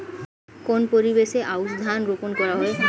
কোন পরিবেশে আউশ ধান রোপন করা হয়?